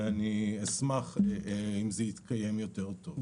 אשמח אם זה יתקיים טוב יותר.